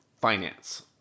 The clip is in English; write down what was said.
finance